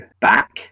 back